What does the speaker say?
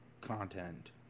content